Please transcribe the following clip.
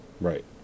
Right